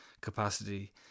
capacity